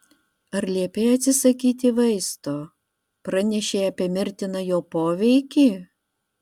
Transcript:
ar liepei atsisakyti vaisto pranešei apie mirtiną jo poveikį